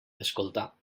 escoltar